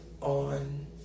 on